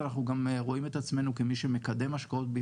אנחנו כולנו שמענו על מקרה של המסעדה בכביש